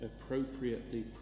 appropriately